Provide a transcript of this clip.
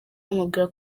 amubwira